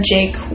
Jake